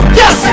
yes